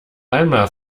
alma